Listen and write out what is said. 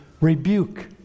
rebuke